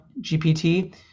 GPT